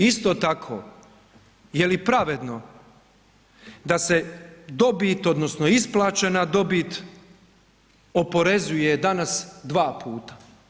Isto tako, je li pravedno da se dobit odnosno isplaćena dobit oporezuje danas dva puta?